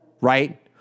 Right